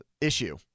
issue